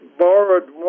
borrowed